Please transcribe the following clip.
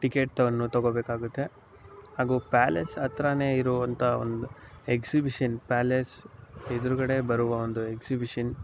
ಟಿಕೆಟನ್ನು ತಗೊಳ್ಬೇಕಾಗುತ್ತೆ ಹಾಗೂ ಪ್ಯಾಲೇಸ್ ಹತ್ರನೇ ಇರುವಂಥ ಒಂದು ಎಕ್ಸಿಬಿಷನ್ ಪ್ಯಾಲೇಸ್ ಎದುರುಗಡೆ ಬರುವ ಒಂದು ಎಕ್ಸಿಬಿಷನ್